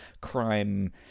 crime